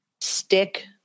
stick